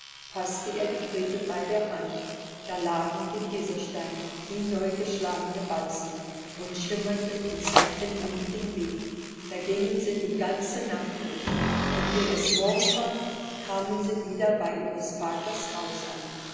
faßte er die gretel bei der hand da lagen die kieselsteine wie neugeschlagene batzen und schimmerten und zeigten ihnen den weg da gingen sie die ganze nacht durch und wie es morgen war kamen sie wieder bei ihres vaters haus an